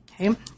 okay